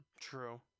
True